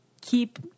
keep